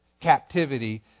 captivity